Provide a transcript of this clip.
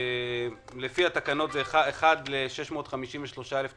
לפי התקנות זה אחד ל-653,000 תושבים.